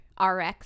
RX